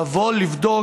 לבוא,